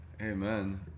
Amen